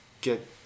get